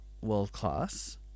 world-class